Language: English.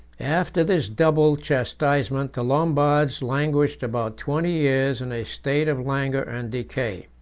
after this double chastisement, the lombards languished about twenty years in a state of languor and decay.